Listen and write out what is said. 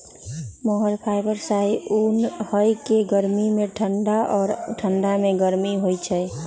मोहिर fibre शाहि उन हइ के गर्मी में ठण्डा आऽ ठण्डा में गरम होइ छइ